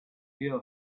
fear